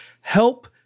help